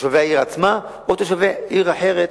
תושבי העיר עצמה ותושבי ערים אחרות